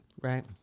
Right